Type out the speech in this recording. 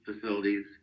facilities